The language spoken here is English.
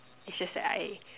it's just that I